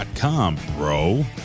bro